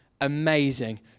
amazing